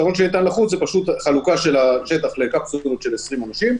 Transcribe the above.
הפתרון שניתן לחוץ הוא חלוקה של השטח לקפסולות של 20 אנשים,